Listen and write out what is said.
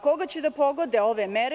Koga će da pogode ove mere?